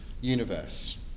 universe